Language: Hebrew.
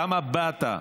למה באת?